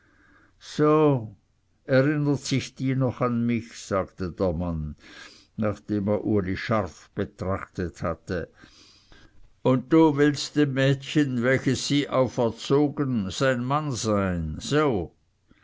so erinnert sich die noch an mich sagte der mann nachdem er uli scharf betrachtet hatte und du willst dem mädchen welches sie auferzogen sein mann sein so